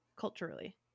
Culturally